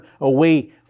away